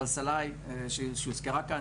אבל סליי שהוזכרה כאן,